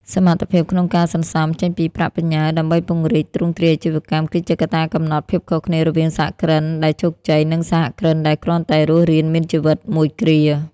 សមត្ថភាពក្នុងការ "សន្សំ" ចេញពីប្រាក់បញ្ញើដើម្បីពង្រីកទ្រង់ទ្រាយអាជីវកម្ម គឺជាកត្តាកំណត់ភាពខុសគ្នារវាងសហគ្រិនដែលជោគជ័យ និងសហគ្រិនដែលគ្រាន់តែរស់រានមានជីវិតមួយគ្រា។